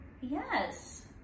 Yes